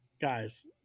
guys